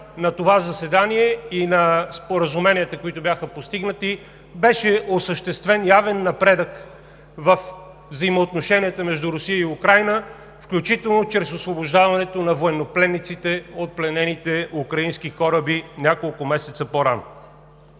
на това заседание и на споразуменията, които бяха постигнати, беше осъществен явен напредък във взаимоотношенията между Русия и Украйна, включително чрез освобождаването на военнопленниците от пленените украински кораби няколко месеца по-рано.